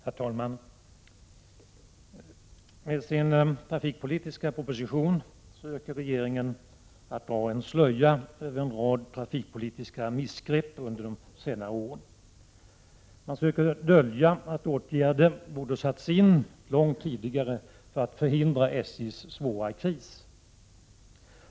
Herr talman! Med sin trafikpolitiska proposition söker regeringen dra en slöja över en rad trafikpolitiska missgrepp under senare år. Man söker dölja att åtgärder borde ha satts in långt tidigare för att förhindra SJ:s svåra kris.